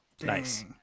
nice